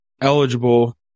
eligible